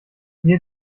wir